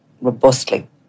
robustly